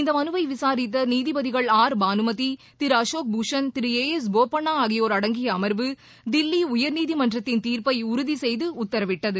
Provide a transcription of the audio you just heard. இந்த மனுவை விசாரித்த நீதிபதிகள் R Bhanumathi Thiru Ashok Bhushan Thiru A S Bopanna ஆகியோர் அடங்கிய அமா்வு தில்லி உயர்நீதிமன்றத்தின் தீர்ப்டை உறுதி செய்து உத்தரவிட்டது